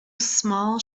small